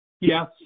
Yes